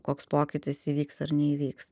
koks pokytis įvyks ar neįvyks